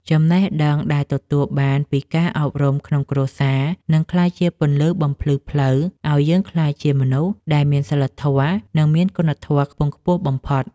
ចំណេះដឹងដែលទទួលបានពីការអប់រំក្នុងគ្រួសារនឹងក្លាយជាពន្លឺបំភ្លឺផ្លូវឱ្យយើងក្លាយជាមនុស្សដែលមានសីលធម៌និងមានគុណធម៌ខ្ពង់ខ្ពស់បំផុត។